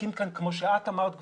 להקים כאן, כמו שאת אמרת גברתי,